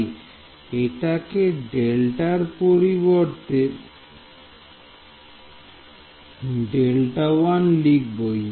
তাই এটাকে ডেল্টার পরিবর্তে ডেল্টা ওয়ান লিখব